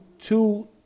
two